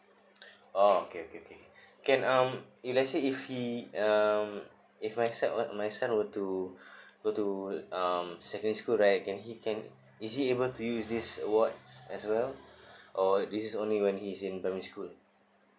oh okay okay okay can um if let's say if he um if I send what my son over to go to um secondary school right can he can is he able to use these awards as well or this is only when he is in primary school